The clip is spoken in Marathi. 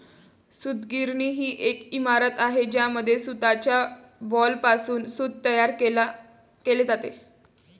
सूतगिरणी ही एक इमारत आहे ज्यामध्ये सूताच्या बॉलपासून सूत तयार केले जाते